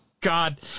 God